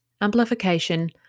Amplification